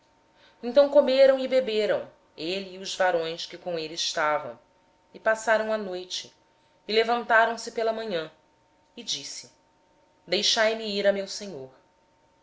então comeram e beberam ele e os homens que com ele estavam e passaram a noite quando se levantaram de manhã disse o servo deixai-me ir a meu senhor